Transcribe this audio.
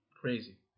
crazy